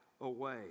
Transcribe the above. away